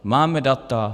Máme data?